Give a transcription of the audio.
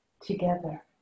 together